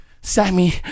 Sammy